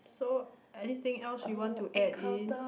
so anything else you want to add in